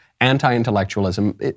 anti-intellectualism